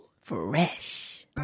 Fresh